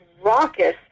raucous